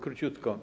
Króciutko.